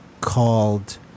called